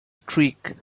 streak